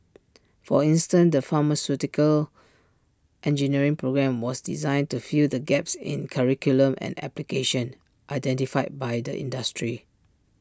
for instance the pharmaceutical engineering programme was designed to fill the gaps in curriculum and application identified by the industry